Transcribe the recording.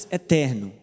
eterno